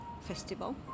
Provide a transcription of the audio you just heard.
festival